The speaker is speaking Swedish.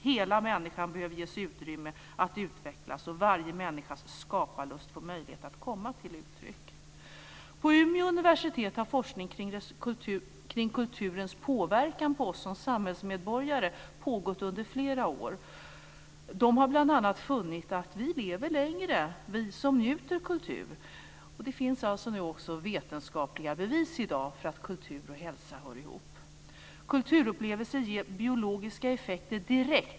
Hela människan behöver ges utrymme att utvecklas, och varje människas skaparlust få möjlighet att komma till uttryck. På Umeå universitet har forskning kring kulturens påverkan på oss som samhällsmedborgare pågått under flera år. Man har bl.a. funnit att vi som njuter kultur lever längre. Det finns alltså i dag också vetenskapliga för att kultur och hälsa hör ihop. Kulturupplevelser ger biologiska effekter direkt.